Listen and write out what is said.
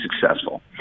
successful